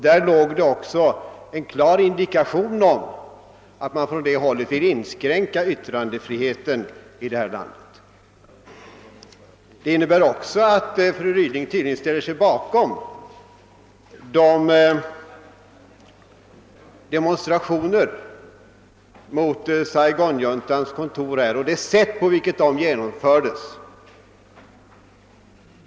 Där fanns också en klar indikation om att man från det hållet vill inskränka yttrandefriheten i detta land. Det innebär också att fru Ryding tydligen ställer sig bakom demonstrationerna häromdagen mot Saigonjuntans kontor och det sätt på vilket de genomfördes.